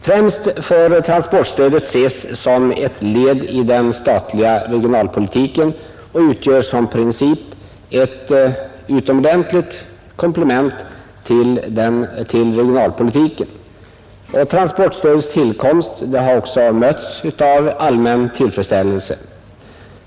Främst får transportstödet ses som ett led i den statliga regionalpolitiken och utgör som princip ett utomordentligt komplement till denna. Transportstödets tillkomst har också mötts av en allmän tillfredsställelse.